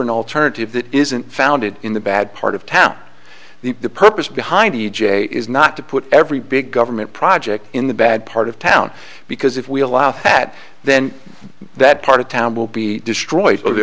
an alternative that isn't founded in the bad part of town the purpose behind e j is not to put every big government project in the bad part of town because if we allow that then that part of town will be destroy